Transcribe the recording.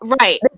right